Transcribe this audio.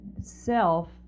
self